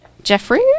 Jeffrey